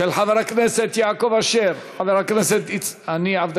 של חבר הכנסת יעקב אשר,